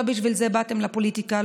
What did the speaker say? לא בשביל זה באתם לפוליטיקה,